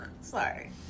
Sorry